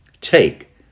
Take